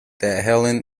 helen